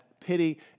pity